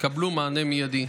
יקבלו מענה מיידי.